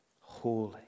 holy